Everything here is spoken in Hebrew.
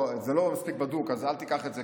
זה לא מספיק בדוק, אז אל תיקח את זה